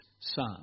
son